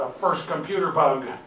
ah first computer bug!